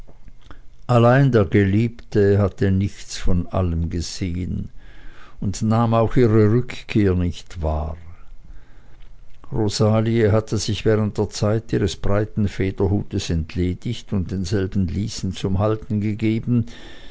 allein der geliebte hatte nichts von allem gesehen und nahm auch ihre rückkehr nicht wahr rosalie hatte sich während der zeit ihres breiten federhutes entledigt und denselben lysen zum halten gegeben